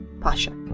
Pasha